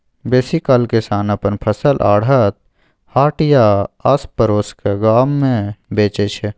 बेसीकाल किसान अपन फसल आढ़त, हाट या आसपरोसक गाम मे बेचै छै